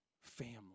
family